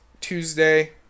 Tuesday